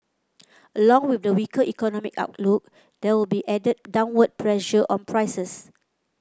along with the weaker economic outlook there will be added downward pressure on prices